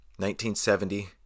1970